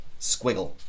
squiggle